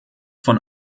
von